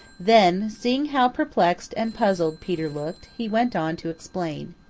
then seeing how perplexed and puzzled peter looked, he went on to explain.